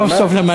סוף-סוף למדת.